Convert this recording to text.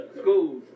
schools